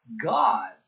God